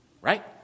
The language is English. Right